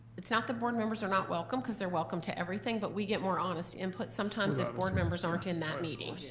it's not the board members are not welcome, cause they're welcome to everything, but we get more honest input sometimes if board members aren't in that meeting.